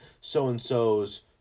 so-and-so's